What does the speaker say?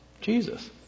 Jesus